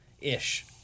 ish